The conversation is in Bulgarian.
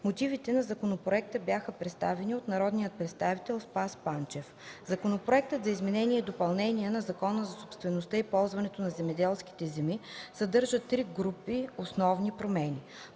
Мотивите на законопроекта бяха представени от народния представител Спас Панчев. Законопроектът за изменение и допълнение на Закона за собствеността и ползуването на земеделски земи съдържа три основни групи